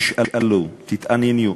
תשאלו, תתעניינו.